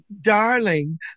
darling